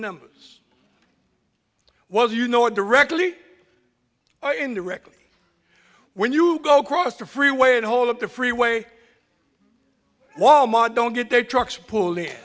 numbers was you know directly or indirectly when you go across the freeway and hold up the freeway walmart don't get their trucks p